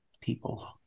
people